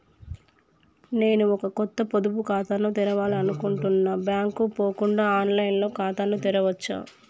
నేను ఒక కొత్త పొదుపు ఖాతాను తెరవాలని అనుకుంటున్నా బ్యాంక్ కు పోకుండా ఆన్ లైన్ లో ఖాతాను తెరవవచ్చా?